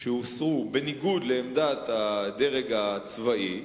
שהוסרו בניגוד לעמדת הדרג הצבאי,